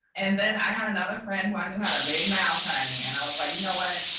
and then i had another friend who i knew had a big mouth, honey. and i was like, you know what,